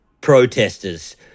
protesters